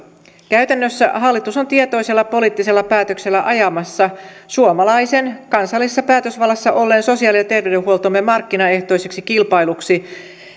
käytännössä hallitus on tietoisella poliittisella päätöksellä ajamassa suomalaisen kansallisessa päätösvallassa olleen sosiaali ja terveydenhuoltomme markkinaehtoiseen kilpailuun